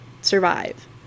survive